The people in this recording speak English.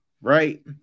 right